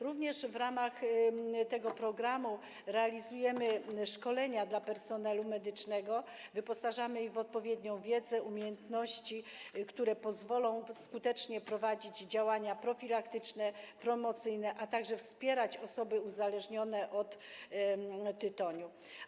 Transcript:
Również w ramach tego programu realizujemy szkolenia dla personelu medycznego, wyposażamy go w odpowiednią wiedzę, umiejętności, które pozwolą skutecznie prowadzić działania profilaktyczne, promocyjne, a także wspierać osoby uzależnione od tytoniu.